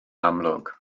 amlwg